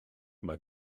mae